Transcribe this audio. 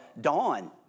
Dawn